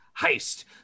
heist